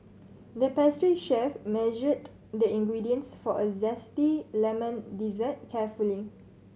the pastry chef measured the ingredients for a zesty lemon dessert carefully